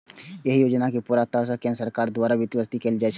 एहि योजना कें पूरा तरह सं केंद्र सरकार द्वारा वित्तपोषित कैल जाइ छै